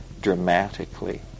dramatically